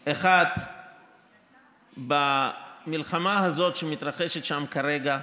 1. במלחמה הזאת שמתרחשת שם כרגע,